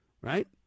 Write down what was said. Right